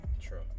true